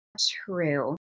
true